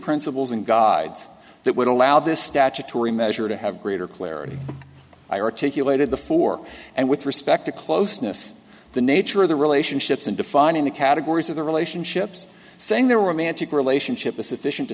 principles and gods that would allow this statutory measure to have greater clarity i articulated the four and with respect to closeness the nature of the relationships and defining the categories of the relationships saying there were mantic relationship is sufficient to